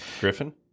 Griffin